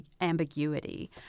ambiguity